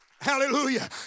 Hallelujah